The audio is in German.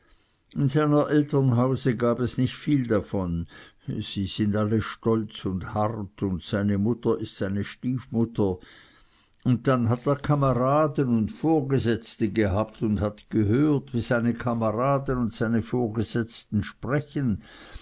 eltern hause gab es nicht viel davon sie sind alle stolz und hart und seine mutter ist seine stiefmutter und dann hat er kameraden und vorgesetzte gehabt und hat gehört wie seine kameraden und seine vorgesetzten sprechen